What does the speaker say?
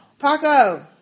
Paco